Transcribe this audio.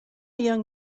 young